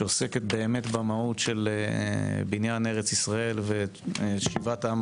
והיא עוסקת באמת במהות של בניין ארץ ישראל ושיבת העם